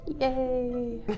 Yay